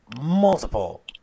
multiple